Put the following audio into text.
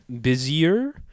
busier